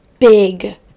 big